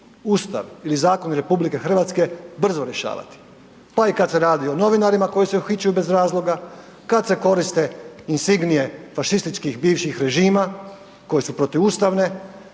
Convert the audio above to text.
Ustav ili zakoni RH brzo rješavati, pa i kada se radi o novinarima koji se uhićuju bez razloga, kada se koriste insignije fašističkih bivših režima koji su protivustavne,